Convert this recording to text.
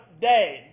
day